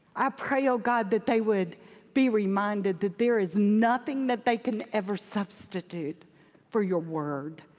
i pray, oh god, that they would be reminded that there is nothing that they could ever substitute for your word.